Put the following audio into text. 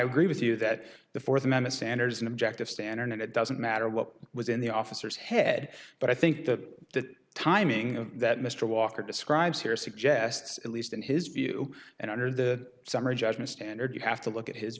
agree with you that the fourth amendment sander's an objective standard and it doesn't matter what was in the officers head but i think that the timing of that mr walker describes here suggests at least in his view and under the summary judgment standard you have to look at his